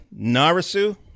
Narasu